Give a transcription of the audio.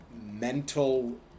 mental